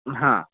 हां